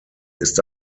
ist